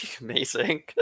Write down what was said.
amazing